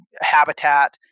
habitat